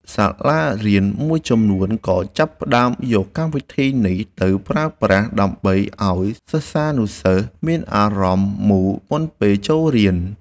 សាលារៀនមួយចំនួនក៏ចាប់ផ្តើមយកកម្មវិធីនេះទៅប្រើប្រាស់ដើម្បីឱ្យសិស្សានុសិស្សមានអារម្មណ៍មូលមុនពេលចូលរៀន។